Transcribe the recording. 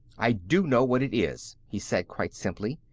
i do know what it is, he said, quite simply.